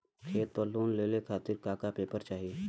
खेत पर लोन लेवल खातिर का का पेपर चाही?